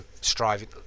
striving